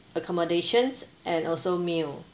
accommodations and also meal